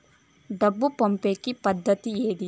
డబ్బు పంపేకి పద్దతి ఏది